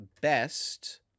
best